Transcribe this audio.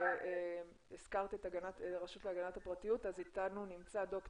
נפנה לערן